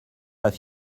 pas